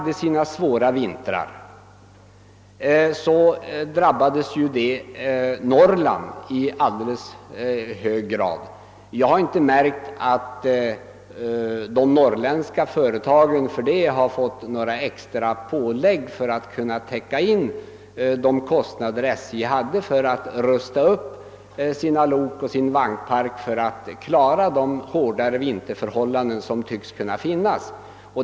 De svåra vintrarna drabbade ju Norrland i särskilt hög grad, men jag har inte märkt att de norrländska företagen har fått vidkännas extra pålägg för att täcka SJ:s kostnader att rusta upp lok och vagnpark i syfte att bättre klara de hårda vinterförhållanden som tycks kunna förekomma.